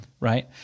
right